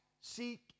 seek